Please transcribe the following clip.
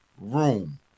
room